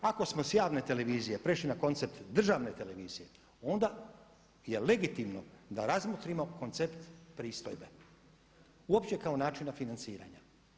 Ako smo s javne televizije prešli na koncept državne televizije onda je legitimno da razmotrimo koncept pristojbe uopće kao načina financiranja.